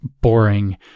boring